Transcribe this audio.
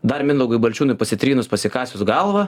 dar mindaugui balčiūnui pasitrynus pasikasius galvą